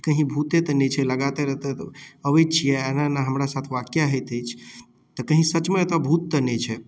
ई कहीँ भूते तऽ नहि छै लगातार एतऽ अबै छिए एना एना हमरा साथ वाक्या होइत अछि तऽ कहीँ सचमे एतऽ भूत तऽ नहि छै